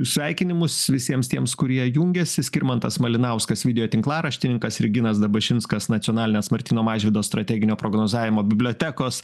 už sveikinimus visiems tiems kurie jungiasi skirmantas malinauskas video tinklaraštininkas ir ginas dabašinskas nacionalinės martyno mažvydo strateginio prognozavimo bibliotekos